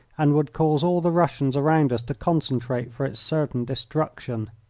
and would cause all the russians around us to concentrate for its certain destruction.